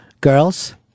Girls